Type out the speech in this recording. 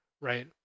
right